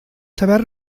saber